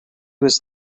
was